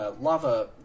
lava